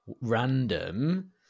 random